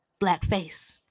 blackface